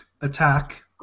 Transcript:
attack